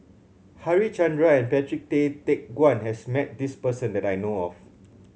Harichandra and Patrick Tay Teck Guan has met this person that I know of